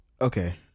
Okay